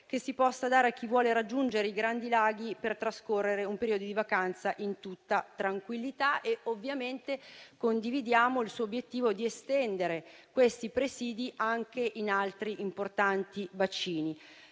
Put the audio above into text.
che si possa dare a chi vuole raggiungere i grandi laghi per trascorrere un periodo di vacanza in tutta tranquillità. Ovviamente condividiamo il suo obiettivo di estendere questi presidi anche ad altri importanti bacini.